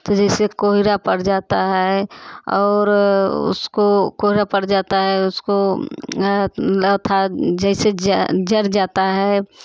तो जैसे कोहरा पड़ जाता है और उसको कोहरा पड़ जाता है उसको जैसे जड़ जाता है